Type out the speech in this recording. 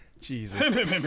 Jesus